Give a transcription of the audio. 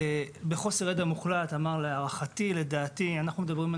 בחוסר ידע מוחלט אמר לדעתי אנחנו מדברים על